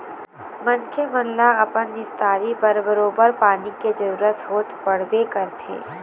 मनखे मन ल अपन निस्तारी बर बरोबर पानी के जरुरत तो पड़बे करथे